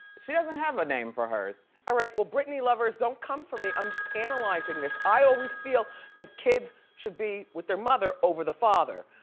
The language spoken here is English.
she doesn't have a name for hers. all right, well britney lovers, don't come for me, i'm just analyzing this. i always feel that kids should be with their mother over the father,